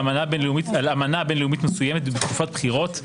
אמנה בין-לאומית מסוימת בתקופת בחירות,